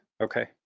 Okay